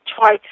Try